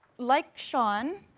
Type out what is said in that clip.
like sean,